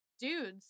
dudes